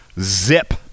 zip